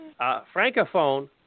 francophone